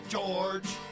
George